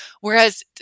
Whereas